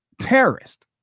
terrorist